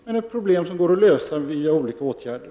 men ett problem som går att lösa via olika åtgärder.